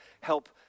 help